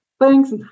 Thanks